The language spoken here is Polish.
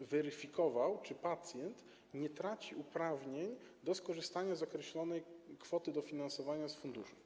weryfikował, czy pacjent nie stracił uprawnień do skorzystania z określonej kwoty dofinansowania z funduszu.